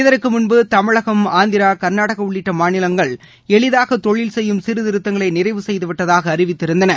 இதற்கு முன்பு தமிழகம் ஆந்திரா கர்நாடகா உள்ளிட்ட மாநிலங்கள் எளிதாக தொழில் செய்யும் சீர்திருத்தங்களை நிறைவு செய்து விட்டதாக அறிவித்திருந்தன